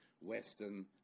Western